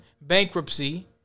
bankruptcy